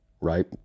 right